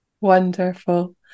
Wonderful